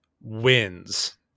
wins